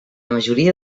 majoria